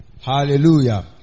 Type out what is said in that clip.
Hallelujah